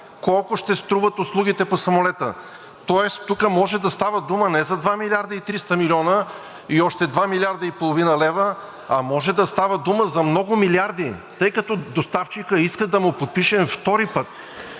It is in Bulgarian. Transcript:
колко ще струват услугите по самолета. Тоест тук може да става дума не за 2 милиарда и 300 милиона и още 2,5 млрд. лв., а може да става дума за много милиарди, тъй като доставчикът иска да му подпишем втори път